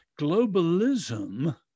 Globalism